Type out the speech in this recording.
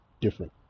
different